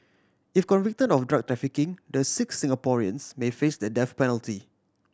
if convicted of drug trafficking the six Singaporeans may face the death penalty